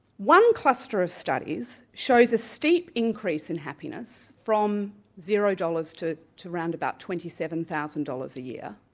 one cluster of studies shows a steep increase in happiness from zero dollars to to around about twenty seven thousand dollars a year,